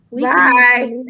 bye